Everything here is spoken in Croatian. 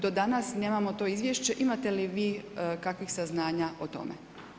Do danas nemamo to izvješće, imate li vi kakvih saznanja o tome?